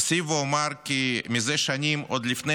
אוסיף ואומר כי מזה שנים, עוד לפני